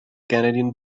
canadian